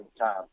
time